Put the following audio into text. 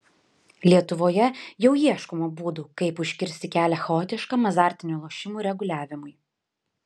lietuvoje jau ieškoma būdų kaip užkirsti kelią chaotiškam azartinių lošimų reguliavimui